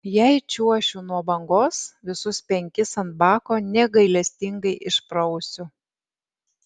jei čiuošiu nuo bangos visus penkis ant bako negailestingai išprausiu